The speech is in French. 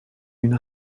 une